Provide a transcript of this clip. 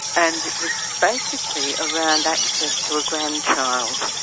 and it was basically around access to a grandchild.